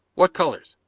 what colors?